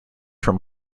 from